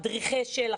מדריכי של"ח,